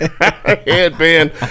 headband